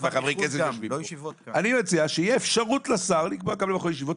אני מציע שתהיה לשר אפשרות לקבוע גם בחורי ישיבות,